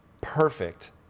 perfect